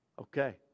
Okay